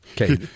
okay